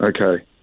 Okay